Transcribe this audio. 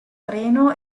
treno